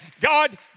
God